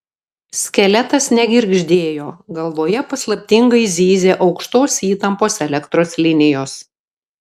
skeletas negirgždėjo galvoje paslaptingai zyzė aukštos įtampos elektros linijos